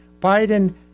Biden